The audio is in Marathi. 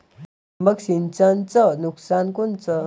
ठिबक सिंचनचं नुकसान कोनचं?